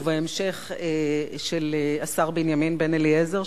ובהמשך של השר בנימין בן-אליעזר,